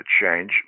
change